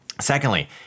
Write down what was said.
secondly